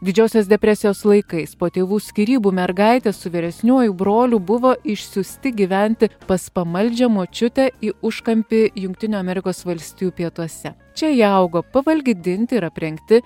didžiosios depresijos laikais po tėvų skyrybų mergaitė su vyresniuoju broliu buvo išsiųsti gyventi pas pamaldžią močiutę į užkampį jungtinių amerikos valstijų pietuose čia jie augo pavalgydinti ir aprengti